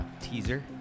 teaser